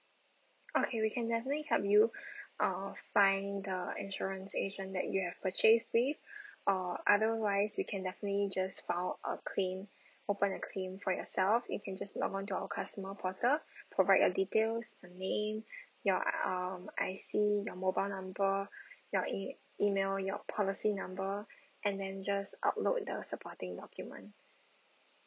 okay we can definitely help you uh find the insurance agent that you have purchase with or otherwise we can definitely just file a claim open a claim for yourself you can just log on to our customer portal provide your details your name your um I_C your mobile number your email your policy number and then just upload the supporting document